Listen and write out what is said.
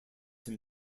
him